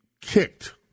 kicked